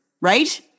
right